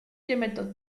těmito